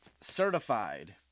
Certified